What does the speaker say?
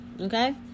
okay